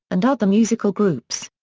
and other musical groups.